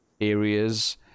areas